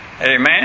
Amen